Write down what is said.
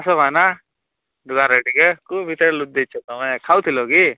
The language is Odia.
ଆସ ଭାଇନା ଦୁଆରେ ଟିକେ କେଉଁ ଭିତରେ ଲୁକି ଯାଇଛ ତୁମେ ଖାଉଥିଲ କି